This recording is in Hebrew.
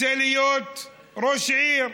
רוצה להיות ראש עיר.